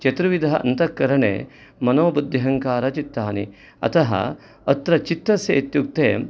चतुर्विधः अन्तःकरने मनोबुद्ध्यहङ्कारचित्तानि अतः अत्र चित्यस्य इत्युक्ते